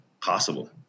possible